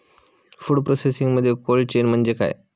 Food प्रोसेसिंगमध्ये cold chain म्हणजे काय?